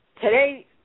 today